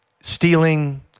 stealing